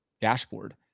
dashboard